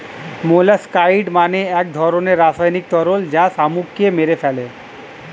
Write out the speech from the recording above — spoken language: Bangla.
মোলাস্কাসাইড মানে এক ধরনের রাসায়নিক তরল যা শামুককে মেরে ফেলে